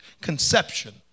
conception